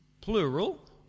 plural